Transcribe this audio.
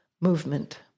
Movement